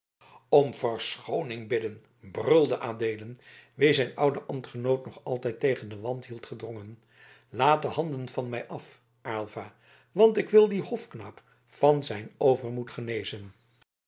om verschooning bidden brulde adeelen wien zijn ouder ambtgenoot nog altijd tegen den wand hield gedrongen laat de handen van mij af aylva want ik wil dien hofknaap van zijn overmoed genezen